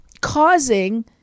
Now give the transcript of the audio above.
causing